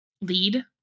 lead